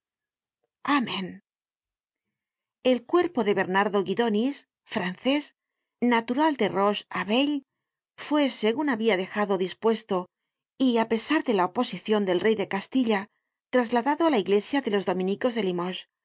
amen el cuerpo de bernardo guidonis francés natural de roche abeille fue segun habia dejado dispuesto yá pesar de la oposicion del rey de castilla trasladado á la iglesia de los dominicos de